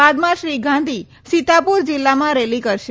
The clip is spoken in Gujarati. બાદમાં શ્રી ગાંધી સીંતાપુર જીલ્લામાં રેલી કરશે